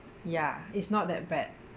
ya it's not that bad